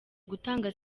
gutanga